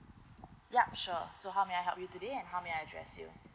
yup sure so how may I help you today and how may I address you